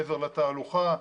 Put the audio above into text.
מעבר לתהלוכה,